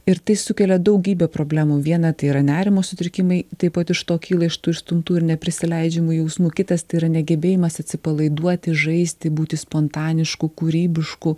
ir tai sukelia daugybę problemų viena tai yra nerimo sutrikimai taip pat iš to kyla iš tų išstumtų ir neprisileidžiamų jausmų kitas tai yra negebėjimas atsipalaiduoti žaisti būti spontanišku kūrybišku